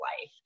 life